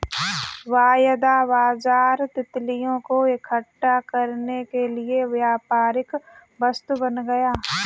वायदा बाजार तितलियों को इकट्ठा करने के लिए व्यापारिक वस्तु बन गया